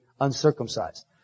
uncircumcised